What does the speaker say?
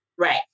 Right